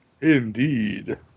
indeed